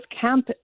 camp